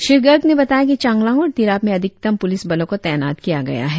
श्री गर्ग ने बताया की चांगलांग और तिराप में अधिकतम पुलिस बलो को तैनात किया गया है